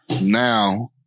Now